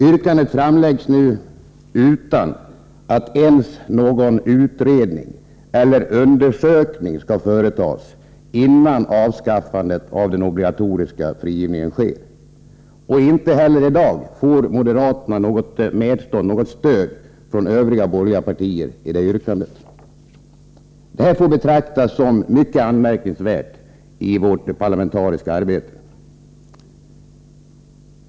Yrkandet framställs nu utan krav på att en utredning eller undersökning skall företas innan man avskaffar den obligatoriska frigivningen. Inte heller i dag får moderaterna något stöd för sitt yrkande från övriga borgerliga partier. Detta får betraktas som något mycket anmärkningsvärt i vårt parlamentariska arbete.